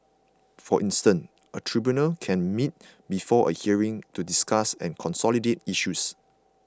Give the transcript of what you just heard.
for instance a tribunal can meet before a hearing to discuss and consolidate issues